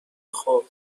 خوب